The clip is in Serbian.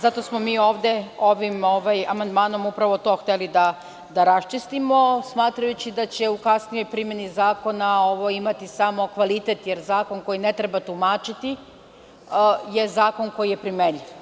Zato smo mi ovde, ovim amandmanom upravo to hteli da raščistimo, smatrajući da će u kasnijoj primeni zakona ovo imati samo kvalitet, jer zakon koji ne treba tumačiti je zakon koji je primenljiv.